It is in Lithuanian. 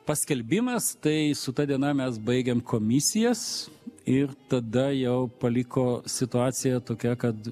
paskelbimas tai su ta diena mes baigėm komisijas ir tada jau paliko situacija tokia kad